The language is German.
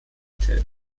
tätig